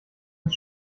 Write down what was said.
ins